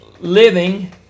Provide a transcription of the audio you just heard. living